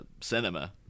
cinema